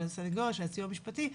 של הסנגוריה הציבורית,